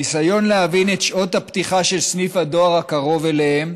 ניסיון להבין את שעות הפתיחה של סניף הדואר הקרוב אליהם,